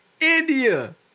India